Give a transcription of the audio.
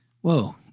whoa